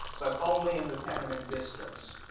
but only in the tenement districts.